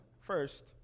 first